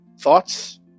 thoughts